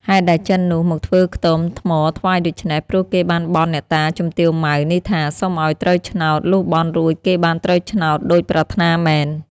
ហេតុដែលចិននោះមកធ្វើខ្ទមថ្មថ្វាយដូច្នេះ ព្រោះគេបានបន់អ្នកតាជំទាវម៉ៅ នេះថា សុំឲ្យត្រូវឆ្នោត លុះបន់រួចគេបានត្រូវឆ្នោតដូចប្រាថ្នាមែន។